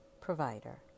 provider